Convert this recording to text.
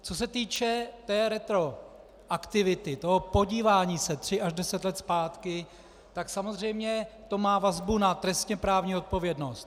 Co se týče retroaktivity, podívání se tři až deset let zpátky, samozřejmě to má vazbu na trestněprávní odpovědnost.